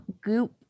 Goop